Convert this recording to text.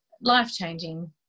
life-changing